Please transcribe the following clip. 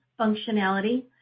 functionality